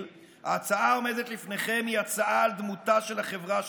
ההצעה העומדת לפניכם היא הצעה על דמותה של החברה שלנו: